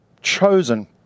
chosen